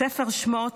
בספר שמות,